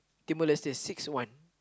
Timor-Leste six one